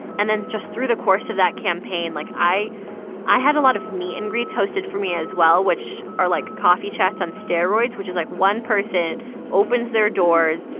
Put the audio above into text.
and then just through the course of that campaign, like, i i had a lot of meet-and-greets hosted for me as well which are like coffee chats on steroids, which is like one person opens their doors,